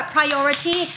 Priority